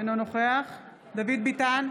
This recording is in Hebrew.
אינו נוכח דוד ביטן,